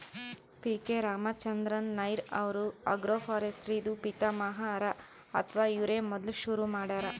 P K Ramachandran Nair ಅವ್ರು agroforestry ದೂ ಪಿತಾಮಹ ಹರಾ ಅಥವಾ ಇವ್ರೇ ಮೊದ್ಲ್ ಶುರು ಮಾಡ್ಯಾರ್